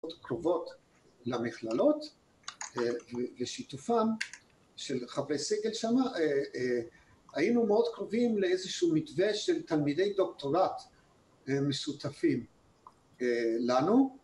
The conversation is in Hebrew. קרובות למכללות ושיתופן של חברי סגל שמה היינו מאוד קרובים לאיזשהו מתווה של תלמידי דוקטורט משותפים לנו